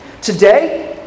today